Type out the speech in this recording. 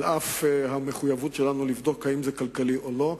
למרות המחויבות שלנו לבדוק אם זה כלכלי או לא,